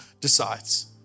decides